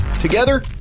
Together